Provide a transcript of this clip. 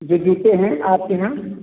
जो जूते हैं आपके यहाँ